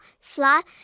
slot